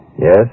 Yes